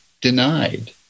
denied